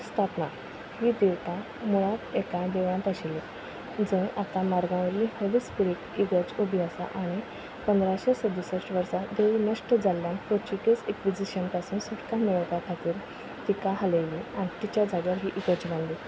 स्थापना ही देवता मुळांत एका देवळांत आशिल्ली जंय आतां मारगांवली हॉली स्पिरीट इगर्ज उबी आसा आनी पंदराशे सदुसस्ठ वर्सा देव नश्ट जाल्ल्यान पोचुगेज इक्विजिशन पासून सुटका मेळोवपा खातीर तिका हालयली आनी तिच्या जाग्यार ही इगर्ज बांदली